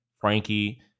Frankie